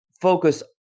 focus